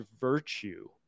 virtue